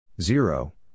zero